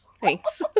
Thanks